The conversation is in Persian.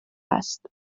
است